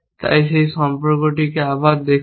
তাই সেই সম্পর্কটিকে আবার দেখুন